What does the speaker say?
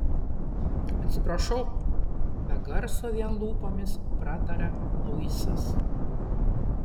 atsiprašau be garso vien lūpomis prataria luisas